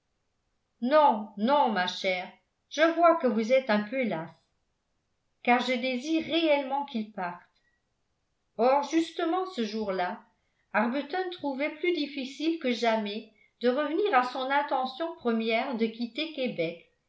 non non ma chère je vois que vous êtes un peu lasse car je désire réellement qu'il parte or justement ce jour-là arbuton trouvait plus difficile que jamais de revenir à son intention première de quitter québec